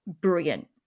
brilliant